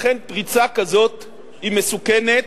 לכן, פריצה כזו היא מסוכנת,